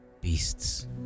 beasts